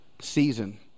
season